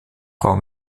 frau